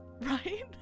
Right